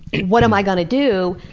what am i going to do?